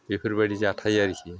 बेफोरबायदि जाथाय आरोखि